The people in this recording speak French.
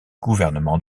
gouvernement